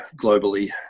globally